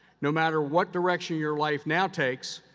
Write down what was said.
no matter what direction your life now takes,